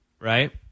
right